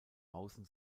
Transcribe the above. außen